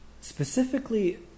Specifically